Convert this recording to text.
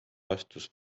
astus